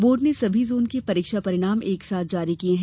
board ने सभी zone के परीक्षा परिणाम एक साथ जारी किये हैं